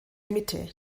mitte